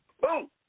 Boom